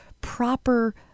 proper